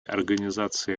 организации